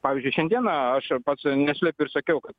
pavyzdžiui šiandieną aš ir pats neslepiu ir sakiau kad